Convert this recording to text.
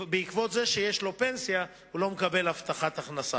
בעקבות זה שיש לו פנסיה, הוא לא מקבל הבטחת הכנסה.